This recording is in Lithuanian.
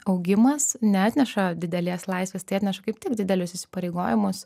augimas neatneša didelės laisvės tai atneša kaip tik didelius įsipareigojimus